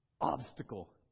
obstacle